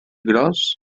gros